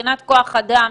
מבחינת כוח אדם,